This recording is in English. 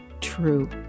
true